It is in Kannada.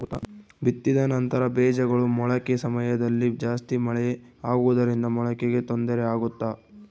ಬಿತ್ತಿದ ನಂತರ ಬೇಜಗಳ ಮೊಳಕೆ ಸಮಯದಲ್ಲಿ ಜಾಸ್ತಿ ಮಳೆ ಆಗುವುದರಿಂದ ಮೊಳಕೆಗೆ ತೊಂದರೆ ಆಗುತ್ತಾ?